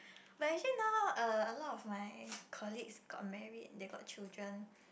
but actually now uh a lot of my colleagues got married they got children